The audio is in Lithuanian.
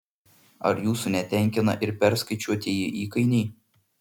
ar jūsų netenkina ir perskaičiuotieji įkainiai